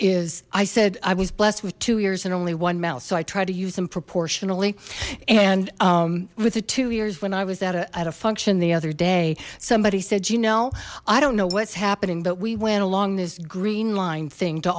is i said i was blessed with two years and only one mouth so i try to use them proportionally and with the two years when i was at a function the other day somebody said you know i don't know what's happening but we went along this green line thing to